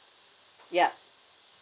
yup